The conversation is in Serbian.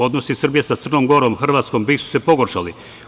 Odnosi Srbije sa Crnom Gorom, Hrvatskom već su se pogoršali.